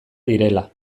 direla